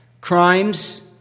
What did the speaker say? crimes